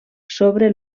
sobre